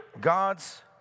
God's